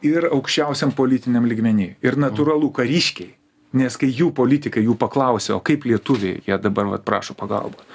ir aukščiausiam politiniam lygmeny ir natūralu kariškiai nes kai jų politikai jų paklausia o kaip lietuviai jie dabar vat prašo pagalbos